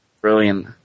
Brilliant